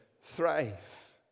thrive